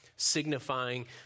signifying